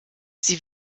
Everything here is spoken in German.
sie